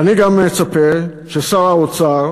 ואני גם מצפה ששר האוצר,